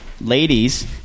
ladies